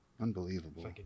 Unbelievable